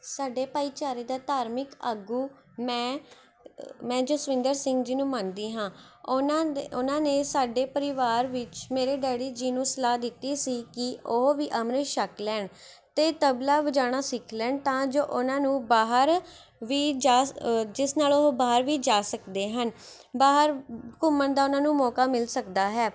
ਸਾਡੇ ਭਾਈਚਾਰੇ ਦਾ ਧਾਰਮਿਕ ਆਗੂ ਮੈਂ ਮੈਂ ਜਸਵਿੰਦਰ ਸਿੰਘ ਜੀ ਨੂੰ ਮੰਨਦੀ ਹਾਂ ਉਹਨਾਂ ਉਹਨਾਂ ਨੇ ਸਾਡੇ ਪਰਿਵਾਰ ਵਿੱਚ ਮੇਰੇ ਡੈਡੀ ਜੀ ਨੂੰ ਸਲਾਹ ਦਿੱਤੀ ਸੀ ਕਿ ਉਹ ਵੀ ਅੰਮ੍ਰਿਤ ਛਕ ਲੈਣ ਅਤੇ ਤਬਲਾ ਵਜਾਉਣਾ ਸਿੱਖ ਲੈਣ ਤਾਂ ਜੋ ਉਹਨਾਂ ਨੂੰ ਬਾਹਰ ਵੀ ਜੈਸ ਜਿਸ ਨਾਲ਼ ਬਾਹਰ ਵੀ ਜਾ ਸਕਦੇ ਹਨ ਬਾਹਰ ਘੁੰਮਣ ਦਾ ਉਹਨਾਂ ਨੂੰ ਮੌਕਾ ਮਿਲ ਸਕਦਾ ਹੈ